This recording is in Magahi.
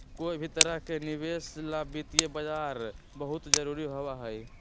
कोई भी तरह के निवेश ला वित्तीय बाजार बहुत जरूरी होबा हई